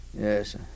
Yes